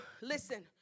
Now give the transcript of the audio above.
listen